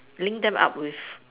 link them up with